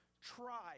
try